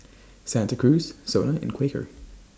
Santa Cruz Sona and Quaker